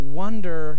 wonder